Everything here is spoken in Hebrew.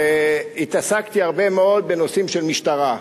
והתעסקתי הרבה מאוד בנושאים של משטרה.